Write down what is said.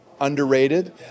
underrated